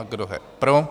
A kdo je pro?